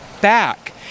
back